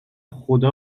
خدا